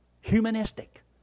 Humanistic